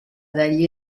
dagli